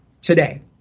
today